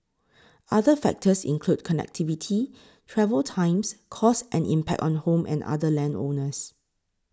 other factors include connectivity travel times costs and impact on home and other land owners